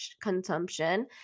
consumption